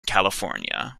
california